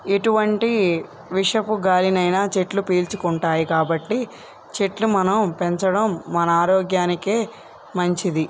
ఎటువంటి విషపు గాలిని అయినా చెట్లు పీల్చుకుంటాయి కాబట్టి చెట్లు మనం పెంచడం మన ఆరోగ్యానికి మంచిది